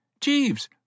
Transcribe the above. Jeeves